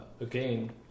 again